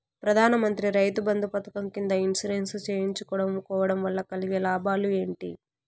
ప్రధాన మంత్రి రైతు బంధు పథకం కింద ఇన్సూరెన్సు చేయించుకోవడం కోవడం వల్ల కలిగే లాభాలు ఏంటి?